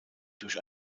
durch